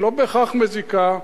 היא לא בהכרח מזיקה,